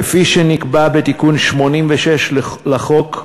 כפי שנקבעה בתיקון 86 לחוק,